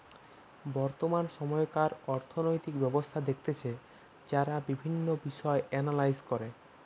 বর্তমান সময়কার অর্থনৈতিক ব্যবস্থা দেখতেছে যারা বিভিন্ন বিষয় এনালাইস করে